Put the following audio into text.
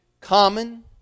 common